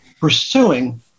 pursuing